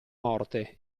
morte